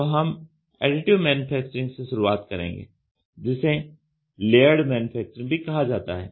तो हम additive manufacturing से शुरुआत करेंगे जिसे लेयरड मैन्युफैक्चरिंग भी कहा जाता है